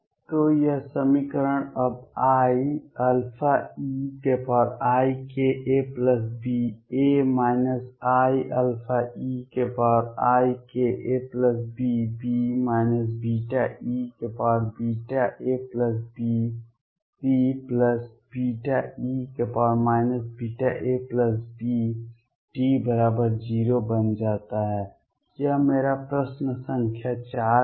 तो यह समीकरण अब iαeikabA iαeikabB βeabCβe βabD0 बन जाता है यह मेरा प्रश्न संख्या 4 है